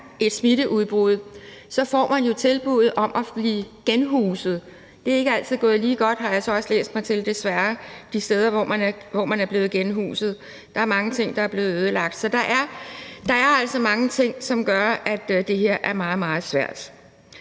et smitteudbrud, får man jo tilbuddet om at blive genhuset. Det er ikke altid gået lige godt, desværre, har jeg så også læst mig til, de steder, hvor man er blevet genhuset. Der er mange ting, der er blevet ødelagt. Så der er altså mange ting, som gør, at det her er meget, meget svært.